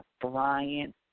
Brian